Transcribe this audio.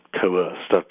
coerced